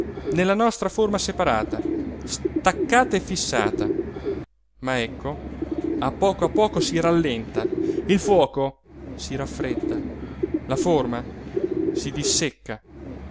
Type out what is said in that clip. nella nostra forma separata staccata e fissata ma ecco a poco a poco si rallenta il fuoco si raffredda la forma si dissecca